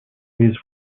his